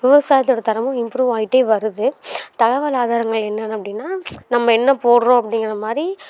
விவசாயத்தோடய தரமும் இம்ப்ரூவ் ஆகிட்டே வருது தகவல் ஆதாரங்கள் என்னென்ன அப்படின்னா நம்ம என்ன போடுறோம் அப்படிங்கற மாதிரி